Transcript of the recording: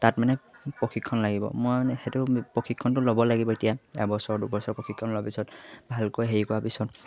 তাত মানে প্ৰশিক্ষণ লাগিব মই মানে সেইটো প্ৰশিক্ষণটো ল'ব লাগিব এতিয়া এবছৰ দুবছৰ প্ৰশিক্ষণ লোৱাৰ পিছত ভালকৈ হেৰি কৰা পিছত